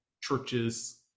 churches